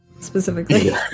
specifically